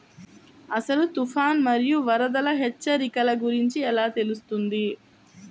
అసలు తుఫాను మరియు వరదల హెచ్చరికల గురించి ఎలా తెలుస్తుంది?